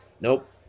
Nope